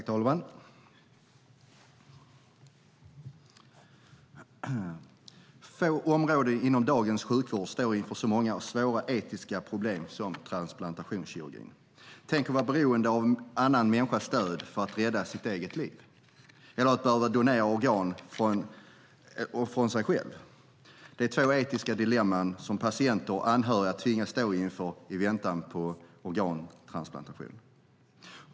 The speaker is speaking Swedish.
Herr talman! Få områden inom dagens sjukvård står inför så många och svåra etiska problem som transplantationskirurgin. Tänk att vara beroende av en annan människas död för att rädda sitt eget liv eller att behöva donera ett organ från sig själv. Det är två etiska dilemman som patienter och anhöriga tvingas stå inför i väntan på en organtransplantation.